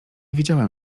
wiedziałem